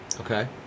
Okay